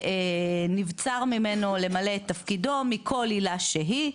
שנבצר ממנו למלא את תפקידו מכל עילה שהיא,